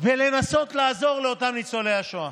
ולנסות לעזור לאותם ניצולי השואה.